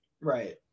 Right